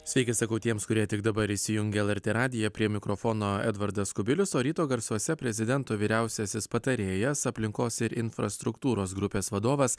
sveiki sakau tiems kurie tik dabar įsijungė lrt radiją prie mikrofono edvardas kubilius o ryto garsuose prezidento vyriausiasis patarėjas aplinkos ir infrastruktūros grupės vadovas